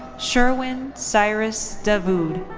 sherwin cyrus davoud.